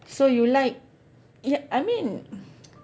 so you like ya I mean